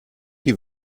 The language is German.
die